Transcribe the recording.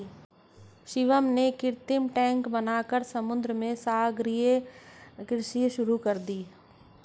शिवम ने कृत्रिम टैंक बनाकर समुद्र में सागरीय कृषि शुरू कर दी